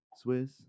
Swiss